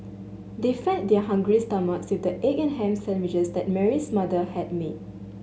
they fed their hungry stomach with the egg and ham sandwiches that Mary's mother had made